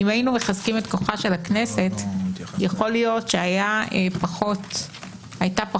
אם היינו מחזקים את כוחה של הכנסת יכול להיות שהייתה פחות התנגדות.